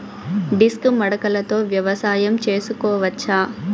Disc మడకలతో వ్యవసాయం చేసుకోవచ్చా??